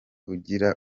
ugira